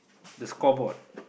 the scoreboard